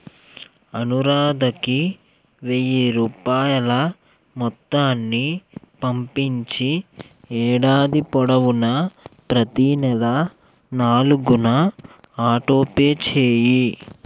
అనురాధకి వెయ్యి రూపాయల మొత్తాన్ని పంపించి ఏడాది పొడవునా ప్రతీ నెల నాలుగున ఆటోపే చేయి